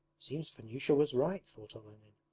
seems vanyusha was right thought olenin.